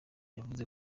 avuga